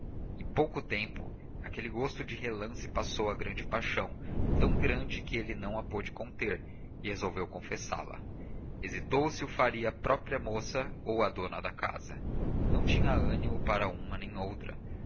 em pouco tempo aquele gosto de relance passou a grande paixão tão grande que ele não a pôde conter e resolveu confessá la hesitou se o faria à própria moça ou à dona da casa não tinha ânimo para uma nem outra